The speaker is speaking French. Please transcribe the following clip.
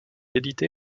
édité